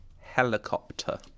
helicopter